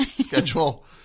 schedule